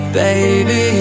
baby